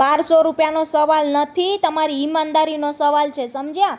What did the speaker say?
બારસો રૂપિયાનો સવાલ નથી તમારી ઈમાનદારીનો સવાલ છે સમજ્યા